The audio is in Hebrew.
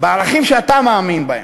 בערכים שאתה מאמין בהם.